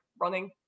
running